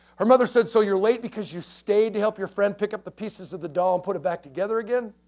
her mother said, so, you're late because you stayed to help your friend pick up the pieces of the doll and put it back together again?